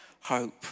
hope